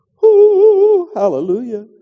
hallelujah